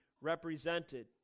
represented